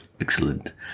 excellent